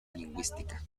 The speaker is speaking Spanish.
lingüística